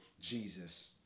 Jesus